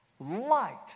Light